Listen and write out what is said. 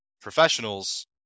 professionals